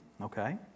okay